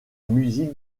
musique